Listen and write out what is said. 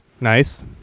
nice